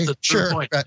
sure